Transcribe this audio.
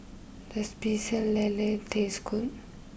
does Pecel Lele taste good